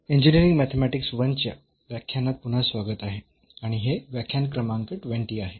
engineering mathematics I च्या व्याख्यानात पुन्हा स्वागत आहे आणि हे व्याख्यान क्रमांक 20 आहे